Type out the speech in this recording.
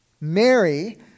Mary